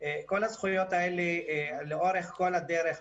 כל הזכויות האלה לאורך כל הדרך,